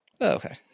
okay